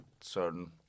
certain